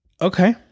okay